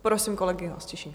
Prosím kolegy o ztišení.